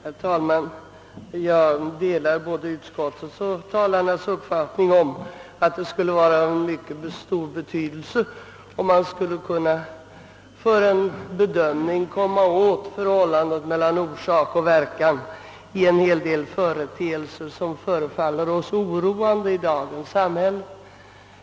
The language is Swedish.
Herr talman! Jag delar både utskot tets och de föregående talarnas uppfattning att det skulle ha mycket stor betydelse om man för en bedömning kunde komma åt förhållandet mellan orsak och verkan i en hel del företeelser, som förefaller oss oroande i dagens samhälle.